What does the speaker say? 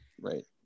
right